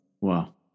Wow